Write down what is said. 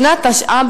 בשנת תש"ע,